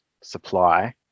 supply